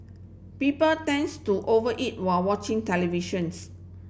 people tends to over eat while watching televisions